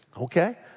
okay